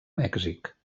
mèxic